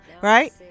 right